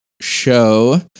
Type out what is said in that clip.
show